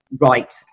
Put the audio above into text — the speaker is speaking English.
right